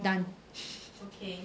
done